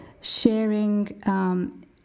sharing